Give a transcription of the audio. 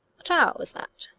what hour was that?